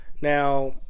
Now